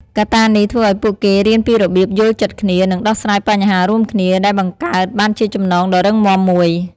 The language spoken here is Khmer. កត្តានេះធ្វើឲ្យពួកគេរៀនពីរបៀបយល់ចិត្តគ្នា និងដោះស្រាយបញ្ហារួមគ្នា ដែលបង្កើតបានជាចំណងដ៏រឹងមាំមួយ។